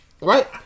right